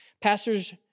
Pastors